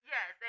Yes